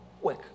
work